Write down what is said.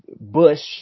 bush